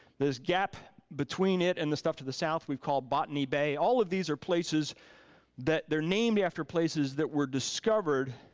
this gap between it and the stuff to the south, we called botany bay. all of these are places that they're named after places that were discovered